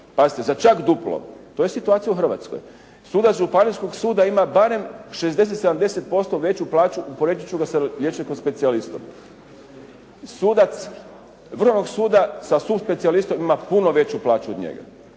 Pazite, za čak duplo. To je situacija u Hrvatskoj. Sudac županijskog suda ima barem 60, 70% veću plaću, usporediti ću ga sa liječnikom specijalistom. Sudac Vrhovnog suda sa suspecijalistom ima puno veću plaću od njega.